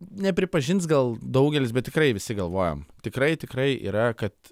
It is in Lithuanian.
nepripažins gal daugelis bet tikrai visi galvojam tikrai tikrai yra kad